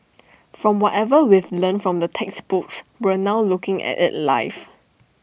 from whatever we've learnt from the textbooks now looking at IT life